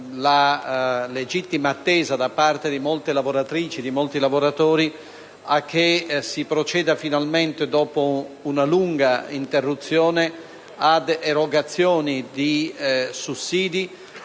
la legittima attesa da parte di molte lavoratrici e di molti lavoratori a che si proceda finalmente, dopo una lunga interruzione, all'erogazione di sussidi